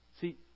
See